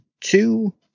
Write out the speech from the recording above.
two